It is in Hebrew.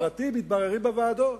הפרטים מתבררים בוועדות.